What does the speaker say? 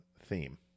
theme